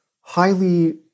highly